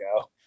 go